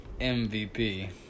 MVP